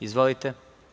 Izvolite.